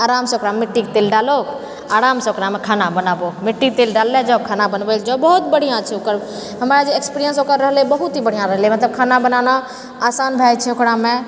आरामसँ ओकरा मिट्टीके तेल डालउ आरामसँ ओकरामे खाना बनाबु मिट्टी तेल डालले जाउ खाना बनबै लए जाउ बहुत बढ़िआँ छै ओकर हमरा जे एक्सपेरिएंस ओकर रहलै बहुत ही बढ़िआँ रहलै मतलब खाना बनाना आसान भए जाइत छै ओकरामे